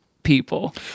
people